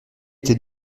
tête